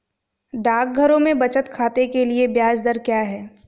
डाकघरों में बचत खाते के लिए ब्याज दर क्या है?